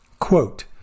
Quote